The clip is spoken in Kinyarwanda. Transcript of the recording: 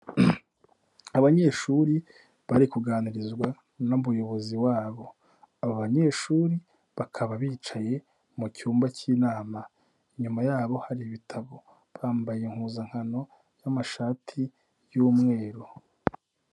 Abanyeshuri bari kuganirizwa n'umuyobozi wabo, aba banyeshuri bakaba bicaye mu cyumba k'inama inyuma yabo hari ibitabo, bambaye impuzankano y'amashati y'umweru.